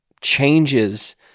changes